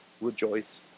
rejoice